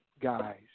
guys